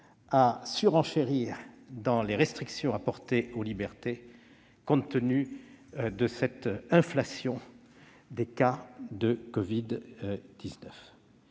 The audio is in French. à surenchérir dans les restrictions apportées aux libertés, compte tenu de cette inflation des cas de covid-19.